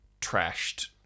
trashed